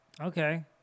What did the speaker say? Okay